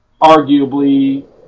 arguably